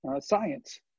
science